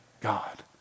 God